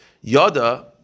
Yada